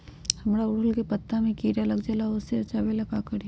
हमरा ओरहुल के पत्ता में किरा लग जाला वो से बचाबे ला का करी?